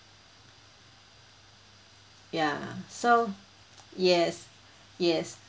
ya so yes yes